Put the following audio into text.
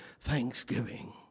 thanksgiving